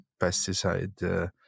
pesticide